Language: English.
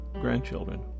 grandchildren